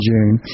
June